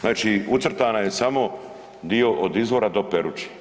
Znači ucrtana je samo dio od izvora do Peruče.